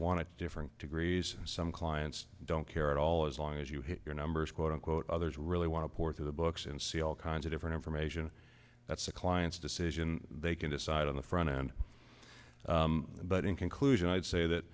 want to different degrees some clients don't care at all as long as you hit your numbers quote unquote others really want to pore through the books and see all kinds of different information that's a client's decision they can decide on the front end but in conclusion i'd say that